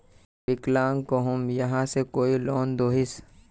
विकलांग कहुम यहाँ से कोई लोन दोहिस?